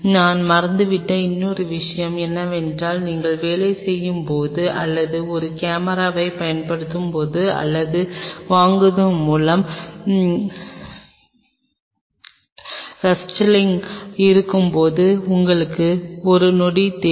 நான் மறந்துவிட்ட இன்னொரு விஷயம் என்னவென்றால் நீங்கள் வேலை செய்யும் போது அல்லது ஒரு கேமராவைப் பயன்படுத்துவதன் மூலம் அல்லது வாங்குவதன் மூலம் ரஸ்டலிங் இருக்கும்போது உங்களுக்கு ஒரு நொடி தெரியும்